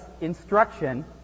instruction